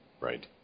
right